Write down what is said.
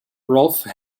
rolfe